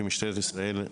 כמשטרת ישראל,